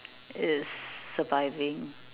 is surviving